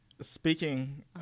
speaking